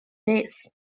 this